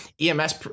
EMS